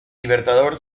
libertador